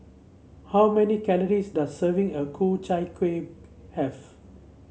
how many calories does a serving of Ku Chai Kueh have